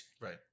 Right